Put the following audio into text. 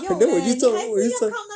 then 我就赚我就赚